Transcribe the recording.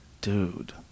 Dude